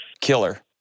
Killer